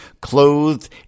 clothed